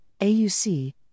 AUC